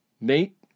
Nate